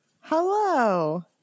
Hello